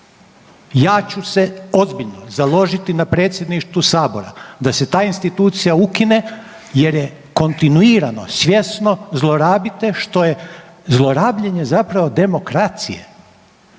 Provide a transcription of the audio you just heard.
Ja ću se ozbiljno založiti na Predsjedništvu Sabora da se ta institucija ukine jer je kontinuirano, svjesno zlorabite što je zlorabljenje zapravo demokracije.